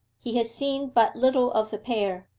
he had seen but little of the pair,